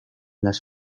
las